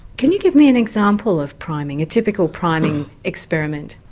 can you give me an example of priming, a typical priming experiment?